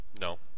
No